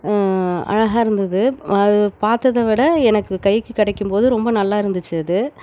அழகாக இருந்தது அது பாத்ததை விட எனக்கு கைக்கு கிடைக்கும்போது ரொம்ப நல்லா இருந்துச்சு அது